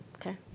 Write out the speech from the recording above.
Okay